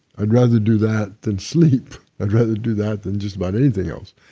i'd rather do that than sleep. i'd rather do that than just about anything else,